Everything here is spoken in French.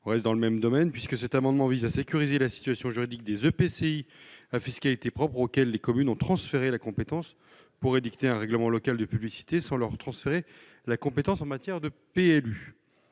restons dans le même domaine, puisque cet amendement vise à sécuriser la situation juridique des EPCI à fiscalité propre auxquels les communes ont transféré la compétence pour édicter un règlement local de publicité, sans leur transférer la compétence en matière de PLU.